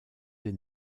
des